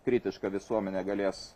kritiška visuomenė galės